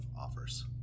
offers